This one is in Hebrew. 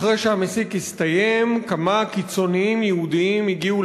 אחרי שהמסיק הסתיים כמה קיצונים יהודים הגיעו